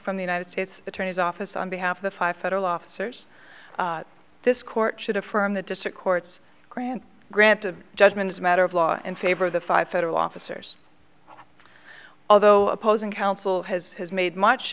from the united states attorney's office on behalf of the five federal officers this court should affirm the district court's grant granted judgment as a matter of law and favor the five federal officers although opposing counsel has has made much